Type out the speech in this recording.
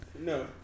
No